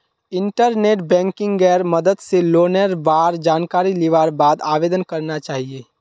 internet बैंकिंगेर मदद स लोनेर बार जानकारी लिबार बाद आवेदन करना चाहिए